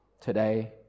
today